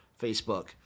Facebook